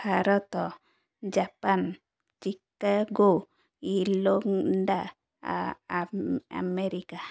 Bharat Japan Chicago America